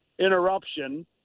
interruption